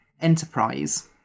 Enterprise